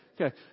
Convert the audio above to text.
Okay